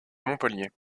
montpellier